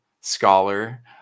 scholar